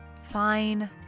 Fine